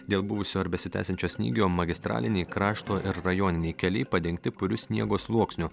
dėl buvusio ar besitęsiančio snygio magistraliniai krašto ir rajoniniai keliai padengti puriu sniego sluoksniu